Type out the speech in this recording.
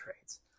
trades